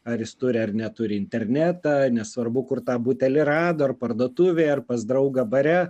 ar jis turi ar neturi internetą nesvarbu kur tą butelį rado ar parduotuvėje ar pas draugą bare